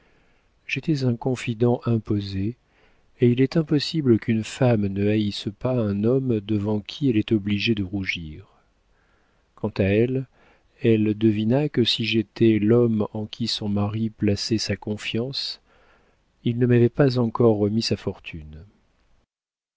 j'étais un confident imposé et il est impossible qu'une femme ne haïsse pas un homme devant qui elle est obligée de rougir quant à elle elle devina que si j'étais l'homme en qui son mari plaçait sa confiance il ne m'avait pas encore remis sa fortune